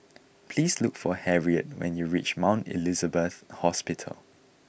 please look for Harriett when you reach Mount Elizabeth Hospital